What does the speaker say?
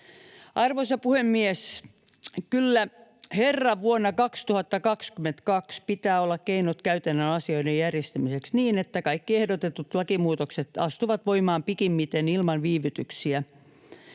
Arvoisa puhemies! Kyllä herran vuonna 2022 pitää olla keinot käytännön asioiden järjestämiseksi niin, että kaikki ehdotetut lakimuutokset astuvat voimaan pikimmiten ilman viivytyksiä.